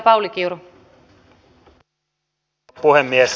arvoisa rouva puhemies